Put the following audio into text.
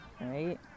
right